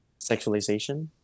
Sexualization